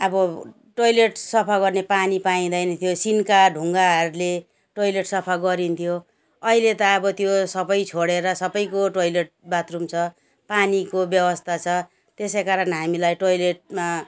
अब टोयलेट सफा गर्ने पानी पाइँदैन थियो सिन्का ढुङ्गाहरूले टोयलेट सफा गरिन्थ्यो अहिले त अब त्यो सबै छोडेर सबैको टोयलेट बाथ रुम छ पानीको व्यवस्था छ त्यसै कारण हामीलाई टोयलेटमा